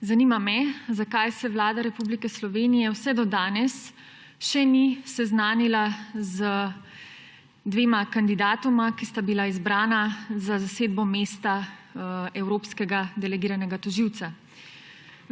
Zanima me: Zakaj se Vlada Republike Slovenije vse do danes še ni seznanila z dvema kandidatoma, ki sta bila izbrana za zasedbo mesta evropskega delegiranega tožilca?